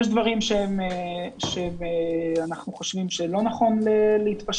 יש דברים שאנחנו חושבים שלא נכון להתפשר